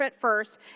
first